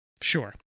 Sure